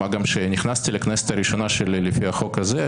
מה גם שנכנסתי לכנסת הראשונה שלי לפי החוק הזה,